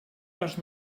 les